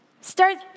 Start